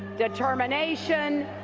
determination,